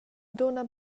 dunna